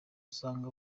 usanga